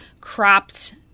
cropped